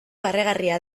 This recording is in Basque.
barregarria